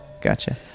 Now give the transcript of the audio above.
Gotcha